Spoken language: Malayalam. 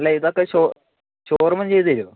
ഇല്ല ഇതൊക്കെ ഷോ ഷോറുമിൽ നിന്ന് ചെയ്ത് തരുമോ